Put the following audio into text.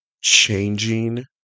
changing